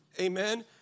Amen